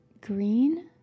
green